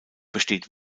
besteht